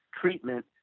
treatment